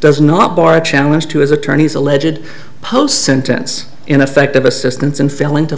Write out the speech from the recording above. does not bar challenge to his attorney's allegedly post sentence in effect of assistance in failing to